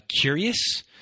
curious